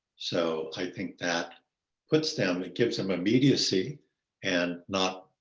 so i think that puts them, it gives them immediacy and not,